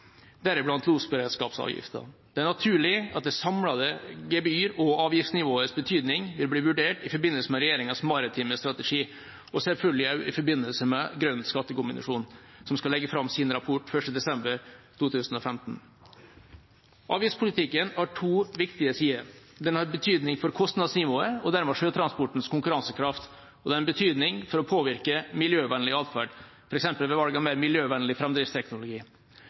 deriblant losberedskapsavgiften. Det er naturlig at det samlede gebyr- og avgiftsnivåets betydning vil bli vurdert i forbindelse med regjeringas maritime strategi og selvfølgelig også i forbindelse med Grønn skattekommisjon, som skal legge fram sin rapport 1. desember 2015. Avgiftspolitikken har to viktige sider. Den har betydning for kostnadsnivået og dermed for sjøtransportens konkurransekraft, og den har betydning for å påvirke miljøvennlig adferd, f.eks. ved valg av mer miljøvennlig